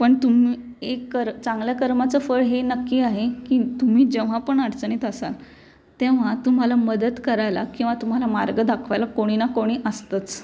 पण तुम्ही एक कर चांगल्या कर्माचं फळ हे नक्की आहे की तुम्ही जेव्हा पण अडचणीत असाल तेव्हा तुम्हाला मदत करायला किंवा तुम्हाला मार्ग दाखवायला कोणी ना कोणी असतंच